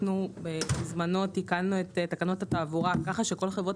אנחנו בזמנו תיקנו את תקנות התעבורה ככה שכל חברות